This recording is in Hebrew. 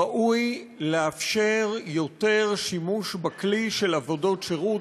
ראוי לאפשר יותר שימוש בכלי של עבודות שירות,